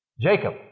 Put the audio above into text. Jacob